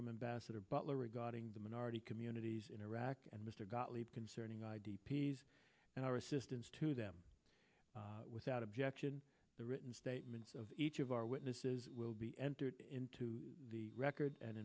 from embassador butler regarding the minority communities in iraq and mr gottlieb concerning i d p s and our assistance to them without objection the written statements of each of our witnesses will be entered into the record and